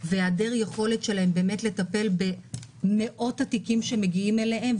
והיעדר היכולת שלהם לטפל במאות התיקים שמגיעים אליהם.